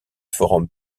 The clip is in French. forum